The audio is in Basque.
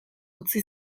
utzi